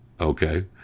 Okay